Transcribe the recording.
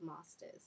Masters